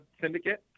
syndicate